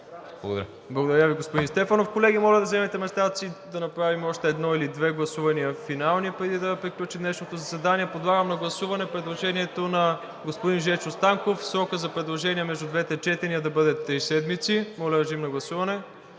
Благодаря Ви, господин Стефанов. Колеги, моля да заемете местата си, за да направим още едно или две финални гласувания, преди да приключи днешното заседание. Подлагам на гласуване предложението на господин Жечо Станков срокът за предложения между двете четения да бъде 3 седмици, след което, ако това не